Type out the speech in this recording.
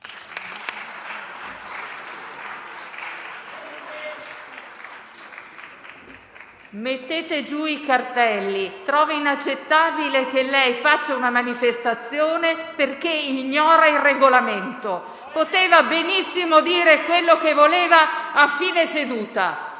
mettete giù i cartelli. Trovo inaccettabile che lei faccia una manifestazione perché ignora il Regolamento. Poteva benissimo dire quello che voleva a fine seduta.